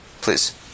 please